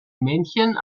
männchen